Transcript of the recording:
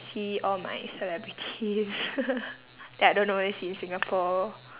see all my celebrities that I don't always see in singapore